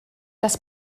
das